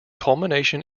culmination